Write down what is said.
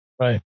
Right